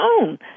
own